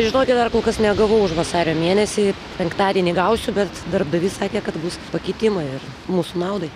tai žinokit dar kol kas negavau už vasario mėnesį penktadienį gausiu bet darbdavys sakė kad bus pakitimai ir mūsų naudai